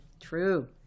True